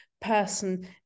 person